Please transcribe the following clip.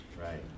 Right